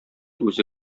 үзе